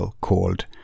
called